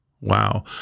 Wow